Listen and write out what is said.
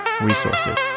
resources